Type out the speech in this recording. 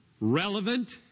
relevant